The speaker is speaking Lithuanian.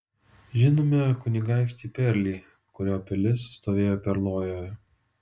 žinome kunigaikštį perlį kurio pilis stovėjo perlojoje